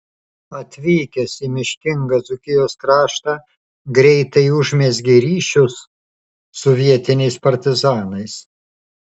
atvykęs į miškingą dzūkijos kraštą greitai užmezgė ryšius su vietiniais partizanais